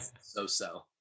so-so